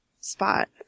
spot